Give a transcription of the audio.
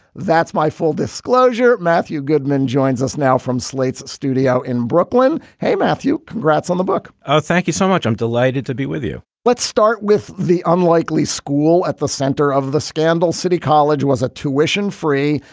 that's my full disclosure. matthew goodman joins us now from slate's studio in brooklyn. hey, matthew, congrats on the book ah thank you so much. i'm delighted to be with you let's start with the unlikely school at the center of the scandal. city college was a tuition free,